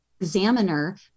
examiner